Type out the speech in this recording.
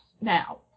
now